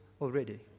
already